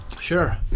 Sure